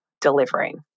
delivering